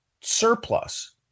surplus